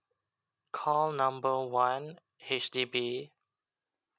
call number one H_D_B